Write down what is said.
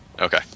Okay